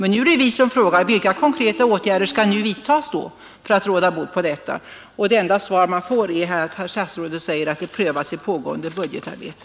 Nu är det vi som frågar, vilka konkreta åtgärder som skall vidtas för att råda bot på missförhållandena. Det enda svar man får av herr statsrådet är att det prövas i pågående budgetarbete.